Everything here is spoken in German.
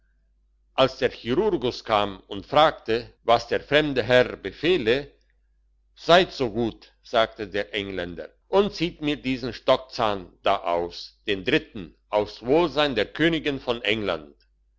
als der chirurgus kam und fragte was der fremde herr befehle seid so gut sagte der engländer und zieht mir diesen stockzahn da aus den dritten aufs wohlsein der königin von england